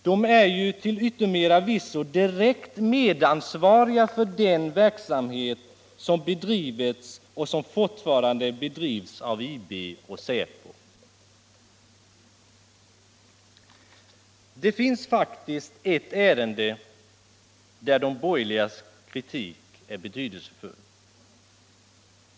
De är till yttermera visso direkt medansvariga för den verksamhet som bedrivits och som fortfarande bedrivs av IB och säpo. Det finns faktiskt ett ärende där de borgerligas kritik är betydelsefull.